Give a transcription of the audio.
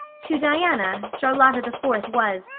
to diana, charlotta the fourth was,